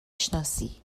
شناسی